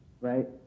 right